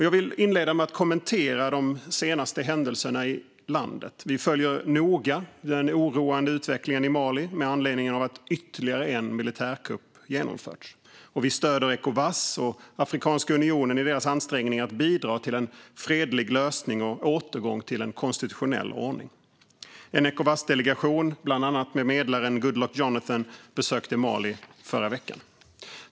Jag ska inleda med att kommentera de senaste händelserna i landet. Vi följer noga den oroande utvecklingen i Mali med anledning av att ytterligare en militärkupp genomförts. Vi stöder Ecowas och Afrikanska unionen i deras ansträngningar att bidra till en fredlig lösning och återgång till konstitutionell ordning. En Ecowasdelegation, med bland andra medlaren Goodluck Jonathan, besökte Mali förra veckan.